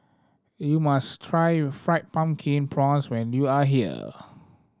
you must try Fried Pumpkin Prawns when you are here